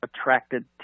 attracted